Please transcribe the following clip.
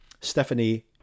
Stephanie